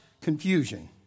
confusion